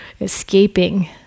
escaping